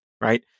right